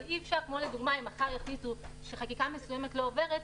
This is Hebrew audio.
אבל אם למשל מחר יחליטו שחקיקה מסוימת לא עוברת,